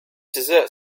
dessert